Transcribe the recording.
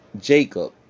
Jacob